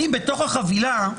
אני בתוך החבילה,